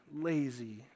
lazy